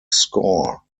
score